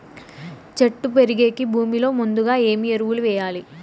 చెట్టు పెరిగేకి భూమిలో ముందుగా ఏమి ఎరువులు వేయాలి?